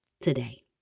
today